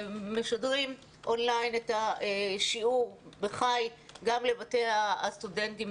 ומשדרים אונליין את השיעור בחי גם לבתי הסטודנטים.